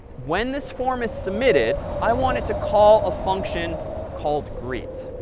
when this form is submitted, i want it to call a function called greet.